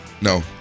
No